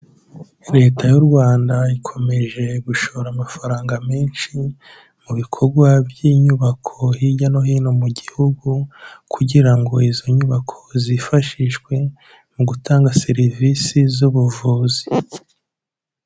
Leta y'u Rwanda ikomeje gushora amafaranga menshi mu bikorwa by'inyubako hirya no hino mu gihugu kugira ngo izo nyubako zifashishwe mu gutanga serivisi z'ubuvuzi.